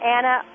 Anna